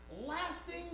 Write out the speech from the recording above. lasting